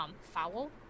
Foul